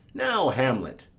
now, hamlet,